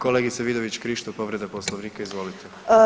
Kolegice Vidović Krišto povreda Poslovnika, izvolite.